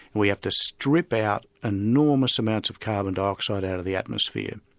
we have to strip out enormous amounts of carbon dioxide out of the atmosphere,